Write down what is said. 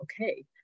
okay